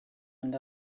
and